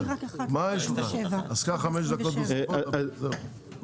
יש לי רק אחת לסעיף 27. רגע.